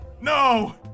No